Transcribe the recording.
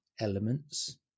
Elements